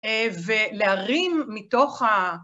ולהרים מתוך ה...